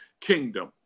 kingdom